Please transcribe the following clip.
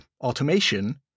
automation